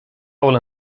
bhfuil